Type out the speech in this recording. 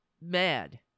mad